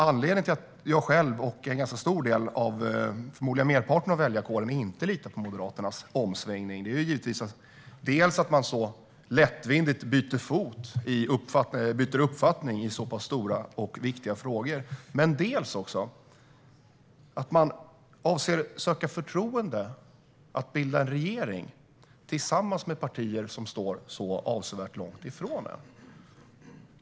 Anledningen till att jag själv och förmodligen merparten av väljarkåren inte litar på Moderaternas omsvängning är givetvis dels att man så lättvindigt byter uppfattning i så pass stora och viktiga frågor, dels att man avser att söka förtroende att bilda regering tillsammans med partier som står långt ifrån en.